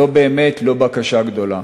זו באמת לא בקשה גדולה.